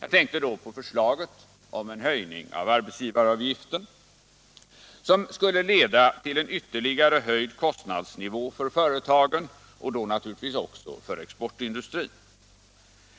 Jag tänkte då på förslaget om en höjning av arbetsgivaravgiften, som skulle leda till en ytterligare höjd kostnadsnivå för företagen, naturligtvis också för exportindustrin.